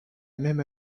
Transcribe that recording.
même